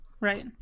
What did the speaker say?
Right